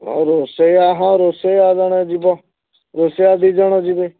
ରୋଷେୟା ହଁ ରୋଷେୟା ଜଣେ ଯିବ ରୋଷେୟା ଦୁଇ ଜଣ ଯିବେ